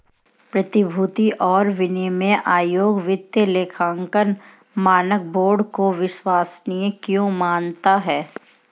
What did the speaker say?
प्रतिभूति और विनिमय आयोग वित्तीय लेखांकन मानक बोर्ड को विश्वसनीय क्यों मानता है?